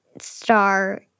star